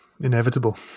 Inevitable